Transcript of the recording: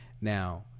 Now